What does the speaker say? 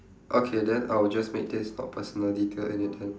okay then I will just make this not personal detail in it then